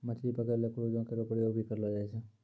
मछली पकरै ल क्रूजो केरो प्रयोग भी करलो जाय छै